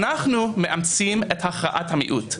אנחנו מאמצים את הכרעת המיעוט.